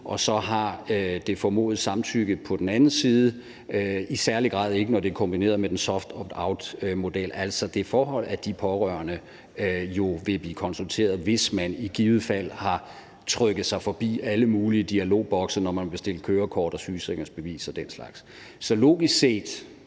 at have det formodede samtykke, i særlig grad ikke, når det er kombineret med den soft optoutmodel – altså det forhold, at de pårørende jo vil blive konsulteret, hvis man i givet fald har trykket sig forbi alle mulige dialogbokse, når man har bestilt kørekort og sygesikringsbevis og den slags. Så logisk set